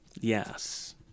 Yes